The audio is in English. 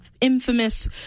infamous